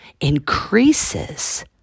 increases